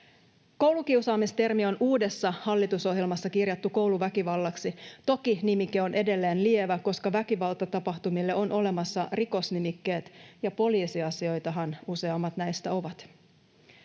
”koulukiusaaminen” on uudessa hallitusohjelmassa kirjattu ”kouluväkivallaksi”. Toki nimike on edelleen lievä, koska väkivaltatapahtumille on olemassa rikosnimikkeet, ja poliisiasioitahan useimmat näistä ovat